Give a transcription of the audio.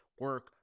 Work